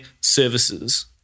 services